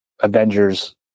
Avengers